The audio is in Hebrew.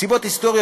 מסיבות היסטוריות,